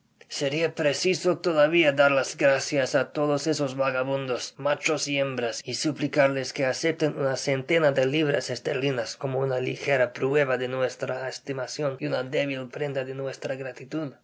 será preciso todavia dar las gracias á todos esos vagabundos machos y hembras y suplicarles que acepten una centena de libras esterlinas como una ligera prueba de nuestra estimacion y una débil prenda de nuestra gratitud